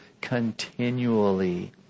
continually